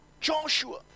Joshua